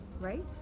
right